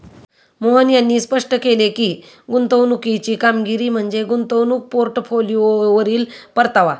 मोहन यांनी स्पष्ट केले की, गुंतवणुकीची कामगिरी म्हणजे गुंतवणूक पोर्टफोलिओवरील परतावा